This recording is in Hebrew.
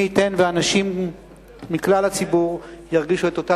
מי ייתן ואנשים מכלל הציבור ירגישו את אותה